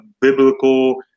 biblical